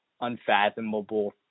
unfathomable